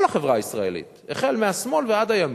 כל החברה הישראלית, החל מהשמאל ועד הימין,